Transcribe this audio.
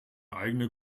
eigene